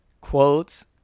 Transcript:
quotes